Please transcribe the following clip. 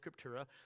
Scriptura